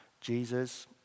Jesus